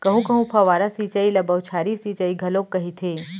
कहूँ कहूँ फव्वारा सिंचई ल बउछारी सिंचई घलोक कहिथे